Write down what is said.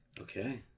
Okay